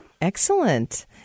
Excellent